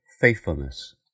faithfulness